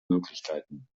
möglichkeiten